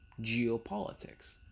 geopolitics